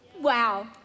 Wow